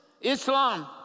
Islam